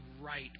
right